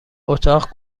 اتاق